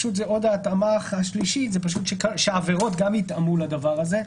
ההתאמה השלישית זה שהעבירות גם יתאמו לדבר הזה,